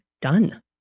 done